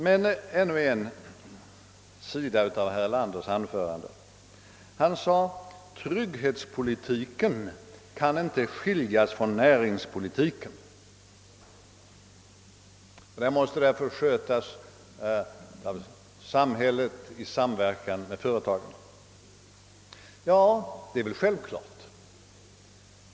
Men låt mig ta upp ännu en sida av herr Erlanders anförande. Han sade att trygghetspolitiken inte kan skiljas från näringspolitiken och att den därför måste skötas av samhället i samverkan med företagen. Ja, det är väl alldeles självklart.